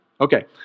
Okay